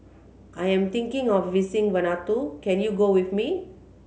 I am thinking of visiting Vanuatu can you go with me